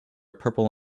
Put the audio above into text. purple